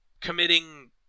committing